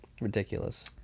Ridiculous